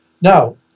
Now